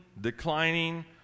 declining